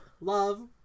love